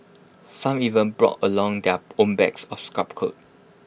some even brought along their own bags of scrap cloth